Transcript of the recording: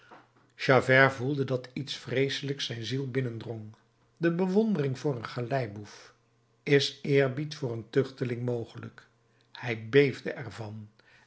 gevoelde dat iets vreeselijks zijn ziel binnendrong de bewondering voor een galeiboef is eerbied voor een tuchteling mogelijk hij beefde ervan